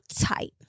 tight